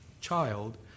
child